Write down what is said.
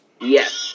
Yes